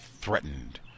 threatened